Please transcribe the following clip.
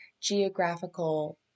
geographical